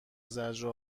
زجر